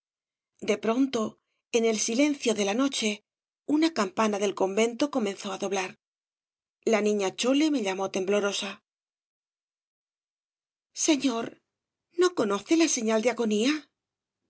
de pronto en el silencio de la noche una campana del convento comenzó á doblar la niña chole me llamó temblorosa señor no conoce la señal de agonía